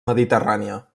mediterrània